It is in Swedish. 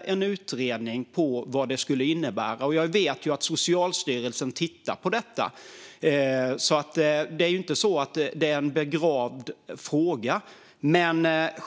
en utredning av vad detta skulle innebära, och jag vet att Socialstyrelsen tittar på det. Det är alltså inte en begravd fråga.